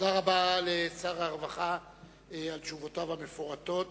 תודה רבה לשר הרווחה על תשובותיו המפורטות.